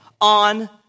on